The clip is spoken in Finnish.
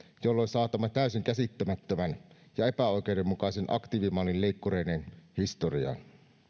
jolloin saatamme täysin käsittämättömän ja epäoikeudenmukaisen aktiivimallin leikkureineen historiaan